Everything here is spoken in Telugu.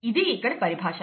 ఇది ఇక్కడ పరిభాష